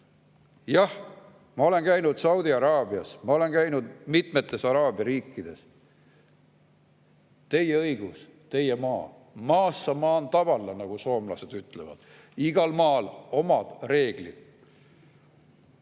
Jah, ma olen käinud Saudi Araabias, ma olen käinud mitmetes Araabia riikides. Teie õigus, teie maa. Maassa maan tavalla, nagu soomlased ütlevad. Igal maal omad reeglid.